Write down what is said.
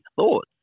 thoughts